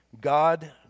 God